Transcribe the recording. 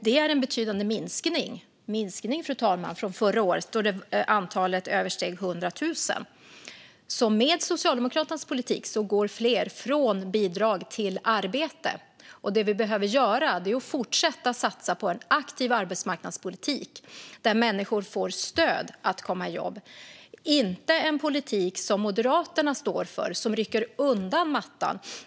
Det är en betydande minskning från förra året, då antalet översteg 100 000. Med Socialdemokraternas politik går alltså fler från bidrag till arbete. Det vi behöver göra är att fortsätta satsa på en aktiv arbetsmarknadspolitik där människor får stöd att komma i jobb och inte en politik som Moderaterna står för som rycker undan mattan.